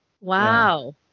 Wow